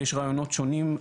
יש רעיונות שונים,